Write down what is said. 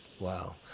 Wow